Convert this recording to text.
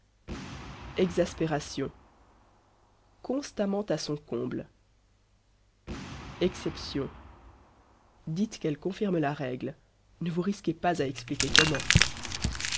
exaspération constamment à son comble exception dites qu'elle confirme la règle ne vous risquez pas à expliquer comment